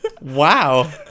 Wow